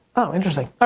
oh, interesting. ah